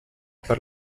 per